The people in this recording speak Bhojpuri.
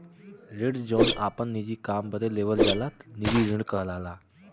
ऋण जौन आपन निजी काम बदे लेवल जाला निजी ऋण कहलाला